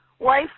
Wife